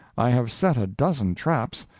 i have set a dozen traps,